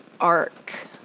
arc